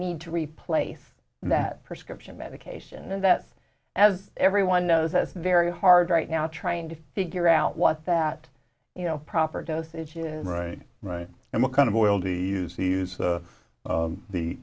need to replace that prescription medication and that's as everyone knows that's very hard right now trying to figure out what that you know proper dosage is right right and what kind of oil do you see use